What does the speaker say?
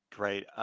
Great